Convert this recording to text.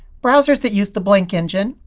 browsers that use the blink engine,